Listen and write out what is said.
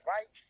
Right